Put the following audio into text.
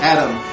Adam